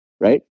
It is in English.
Right